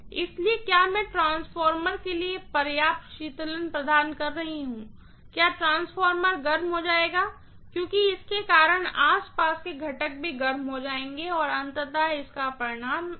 इसलिए क्या मैं ट्रांसफार्मर के लिए पर्याप्त शीतलन प्रदान रही हूँ क्या ट्रांसफार्मर गर्म हो जाएगा क्योंकि इसके कारण आस पास के घटक भी गर्म हो जाएंगे और अंततः इसका परिणाम विफलता होगा